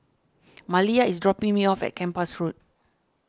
Maliyah is dropping me off at Kempas Road